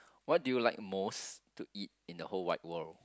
what do you like most to eat in the whole wide world